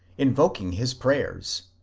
invoking his prayers.